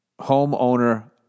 Homeowner